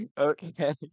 Okay